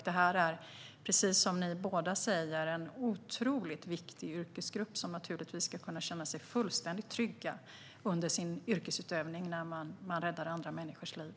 Det här är, precis som ni båda säger, en otroligt viktig yrkesgrupp, vars företrädare naturligtvis ska kunna känna sig fullständigt trygga under sin yrkesutövning när de räddar andra människors liv.